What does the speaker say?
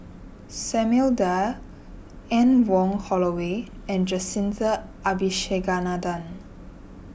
Samuel Dyer Anne Wong Holloway and Jacintha Abisheganaden